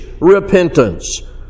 repentance